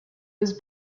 was